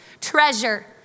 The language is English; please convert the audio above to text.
treasure